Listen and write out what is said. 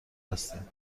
هستیم